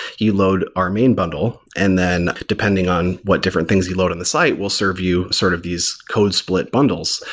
you load our main bottle, and then depending on what different things you load on the site, we'll serve you sort of these code split bundles.